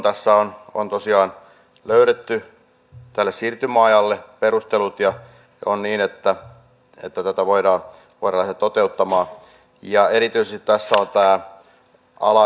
tässä on tosiaan löydetty tälle siirtymäajalle perustelut ja on niin että tätä voidaan lähteä toteuttamaan